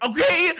Okay